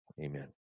Amen